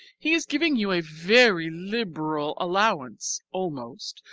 he is giving you a very liberal allowance, almost,